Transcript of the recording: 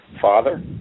Father